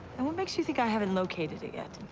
and what makes you think i haven't located it yet?